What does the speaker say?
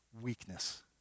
weakness